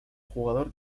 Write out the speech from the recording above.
jugador